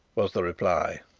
was the reply.